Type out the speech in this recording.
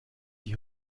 die